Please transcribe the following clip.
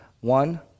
One